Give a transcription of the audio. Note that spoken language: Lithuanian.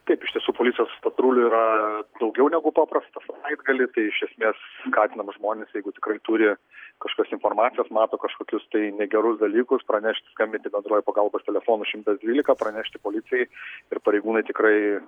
taip iš tiesų policijos patrulių yra daugiau negu paprastą savaitgalį tai iš esmės skatinam žmones jeigu tikrai turi kažkokios informacijos mato kažkokius tai negerus dalykus pranešti skambinti bendruoju pagalbos telefonu šimtas dvylika pranešti policijai ir pareigūnai tikrai